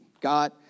God